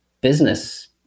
business